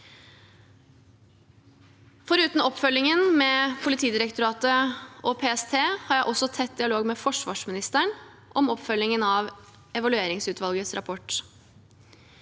Foruten oppfølgingen med Politidirektoratet og PST har jeg også tett dialog med forsvarsministeren om oppfølgingen av evalueringsutvalgets rapport.